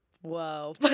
Whoa